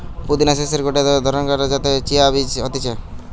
পুদিনা শস্যের গটে ধরণকার যাতে চিয়া বীজ হতিছে